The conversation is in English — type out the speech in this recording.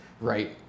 right